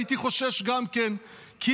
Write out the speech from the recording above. הייתי חושש גם כן כי,